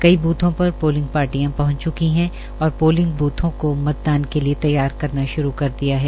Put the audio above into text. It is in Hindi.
कई बथों पर पोलिंग पार्टियां पहंच चकी हैं और पोलिंग बूथों को मतदान के लिए तैया करना भारू कर दिया है